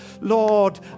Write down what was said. Lord